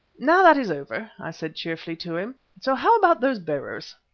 now that is over, i said cheerfully to him, so how about those bearers?